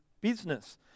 business